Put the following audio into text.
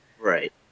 Right